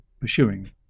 pursuing